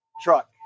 Truck